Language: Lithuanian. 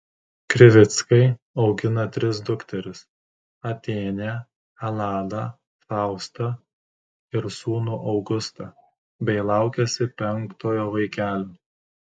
krivickai augina tris dukteris atėnę eladą faustą ir sūnų augustą bei laukiasi penktojo vaikelio